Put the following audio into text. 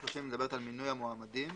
מדברת על מינוי המועמדים,